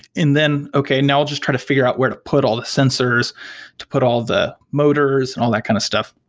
and then, okay, now i'll just try to figure out where to put all the sensors to put all the motors and all that kind of stuff.